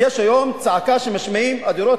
יש היום צעקה שמשמיעים, הדירות